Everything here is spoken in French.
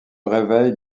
réveille